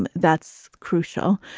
and that's crucial.